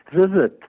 visit